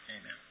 Amen